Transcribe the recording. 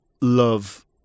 love